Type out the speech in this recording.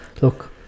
look